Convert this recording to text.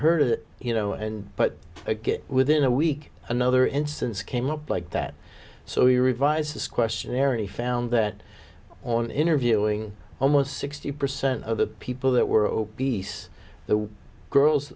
heard of that you know and but get within a week another instance came up like that so he revised this questionnaire a found that on interviewing almost sixty percent of the people that were obese the girls